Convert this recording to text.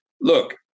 look